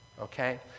Okay